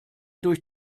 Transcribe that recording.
durch